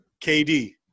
kd